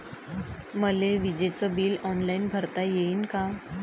मले विजेच bill online भरता येईन का?